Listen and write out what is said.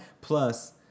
Plus